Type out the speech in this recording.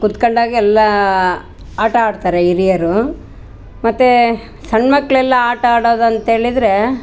ಕುತ್ಕಂಡಾಗೆಲ್ಲಾ ಆಟ ಆಡ್ತಾರೆ ಹಿರಿಯರು ಮತ್ತು ಸಣ್ಣ ಮಕ್ಳೆಲ್ಲಾ ಆಟ ಆಡೋದಂತೇಳಿದರೆ